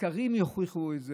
והסקרים יוכיחו את זה.